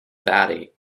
batty